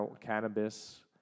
cannabis